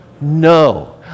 No